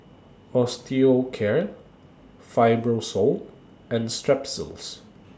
Osteocare Fibrosol and Strepsils